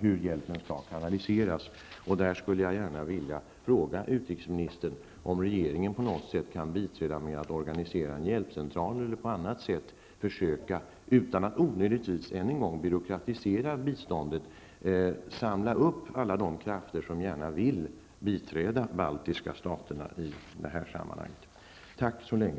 hur hjälpen skall kanaliseras. Jag skulle vilja fråga utrikesministern och regeringen om man på något sätt kan biträda med att organisera en hjälpcentral eller på annat sätt försöka att, utan att onödigtvis byråkratisera biståndet, samla upp alla de krafter som gärna vill biträda de baltiska staterna i det här sammanhanget. Tack så länge!